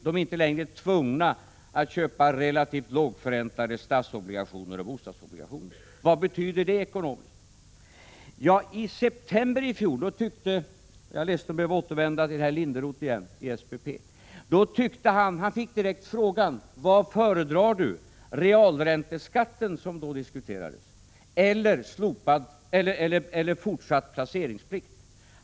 De är inte längre tvungna att köpa relativt lågförräntande statsobligationer och bostadsobligationer. Vad betyder det ekonomiskt? Ja, i september i fjol fick herr Linderoth i SPP - jag är ledsen att behöva återvända till honom igen — direkt frågan: Vad föredrar du —realränteskatten, som då diskuterades, eller fortsatt placeringsplikt?